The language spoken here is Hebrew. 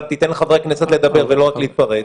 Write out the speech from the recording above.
תיתן לחברי כנסת לדבר ולא רק להתפרץ,